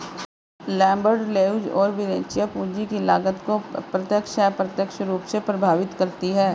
Lambert, Leuz और Verrecchia, पूंजी की लागत को प्रत्यक्ष, अप्रत्यक्ष रूप से प्रभावित करती है